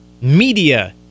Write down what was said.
media